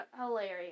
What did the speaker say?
hilarious